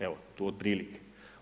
Evo tu otprilike.